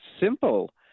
simple